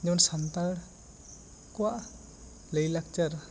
ᱡᱮᱢᱚᱱ ᱥᱟᱱᱛᱟᱲ ᱠᱚᱣᱟᱜ ᱞᱟᱹᱭ ᱞᱟᱠᱪᱟᱨ